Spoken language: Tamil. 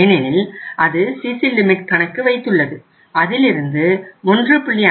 ஏனெனில் அது சிசி லிமிட் கணக்கு வைத்துள்ளது அதிலிருந்து 1